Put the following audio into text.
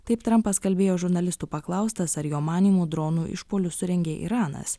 taip trampas kalbėjo žurnalistų paklaustas ar jo manymu dronų išpuolius surengė iranas